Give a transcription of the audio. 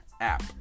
app